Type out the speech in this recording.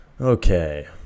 Okay